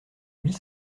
huit